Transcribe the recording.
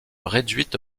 réduite